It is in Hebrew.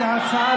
לא